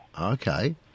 Okay